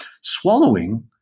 swallowing